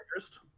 interest